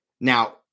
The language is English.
Now